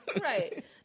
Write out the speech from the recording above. Right